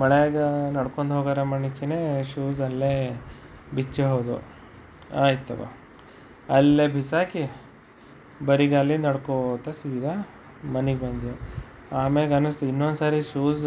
ಮಳೆಯಾಗ ನಡ್ಕೊಂಡು ಹೋಗಾರ ಮನಿಕ್ಕಿನೇ ಶೂಸ್ ಅಲ್ಲೇ ಬಿಚ್ಚಿ ಹೋದವು ಆಯಿತು ಅಲ್ಲೇ ಬಿಸಾಕಿ ಬರಿಗಾಲಿಂದ್ ನಡ್ಕೊತಾ ಸೀದಾ ಮನೆಗೆ ಬಂದ್ವಿ ಆಮ್ಯಾಗ ಅನ್ನಿಸ್ತು ಇನ್ನೊಂದ್ಸರಿ ಶೂಸ್